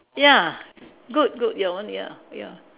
ya good good your one ya ya